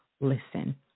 listen